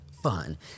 fun